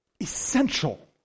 essential